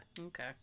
Okay